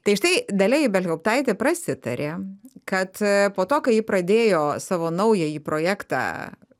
tai štai dalia ibelhauptaitė prasitarė kad po to kai ji pradėjo savo naująjį projektą